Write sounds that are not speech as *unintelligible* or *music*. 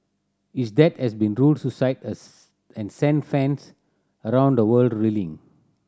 his death has been *unintelligible* suicide *unintelligible* and sent fans around the world reeling